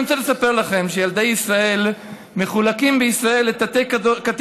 אני רוצה לספר לכם שילדי ישראל מחולקים בישראל לתת-קטגוריות,